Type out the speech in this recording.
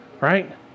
right